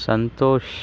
सन्तोषः